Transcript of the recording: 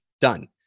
done